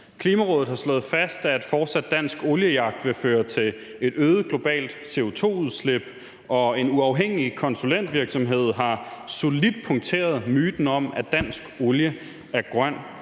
Klimarådet har slået fast, at fortsat dansk oliejagt vil føre til et øget globalt CO2-udslip, og en uafhængig konsulentvirksomhed har solidt punkteret myten om, at dansk olie er grøn.